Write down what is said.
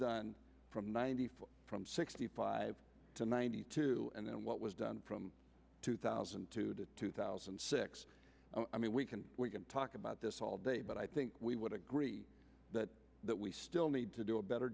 done from ninety four from sixty five to ninety two and then what was done from two thousand and two to two thousand and six i mean we can talk about this all day but i think we would agree that that we still need to do a better